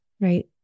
right